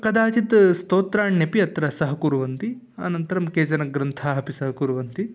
कदाचित् स्तोत्राण्यपि अत्र सहकुर्वन्ति अनन्तरं केचन ग्रन्थाः अपि सहकुर्वन्ति